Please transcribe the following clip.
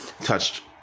touched